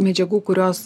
medžiagų kurios